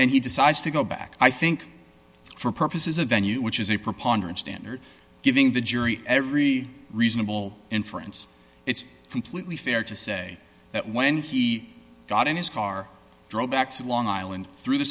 and he decides to go back i think for purposes of venue which is a preponderance standard giving the jury every reasonable inference it's completely fair to say that when he got in his car drove back to long island through the